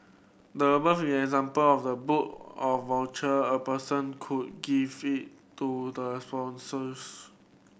the above is example of the book of voucher a person could give it to the spouses